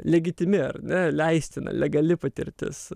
legitimi ar ne leistina legali patirtis